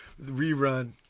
Rerun